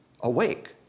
awake